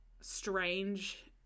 strange